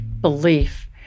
belief